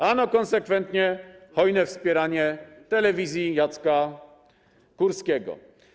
Ano konsekwentne, hojne wspieranie telewizji Jacka Kurskiego.